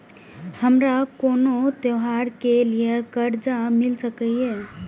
हमारा कोनो त्योहार के लिए कर्जा मिल सकीये?